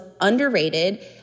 underrated